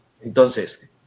Entonces